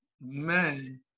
man